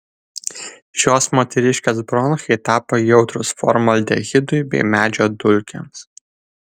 šios moteriškės bronchai tapo jautrūs formaldehidui bei medžio dulkėms